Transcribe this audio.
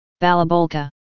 Balabolka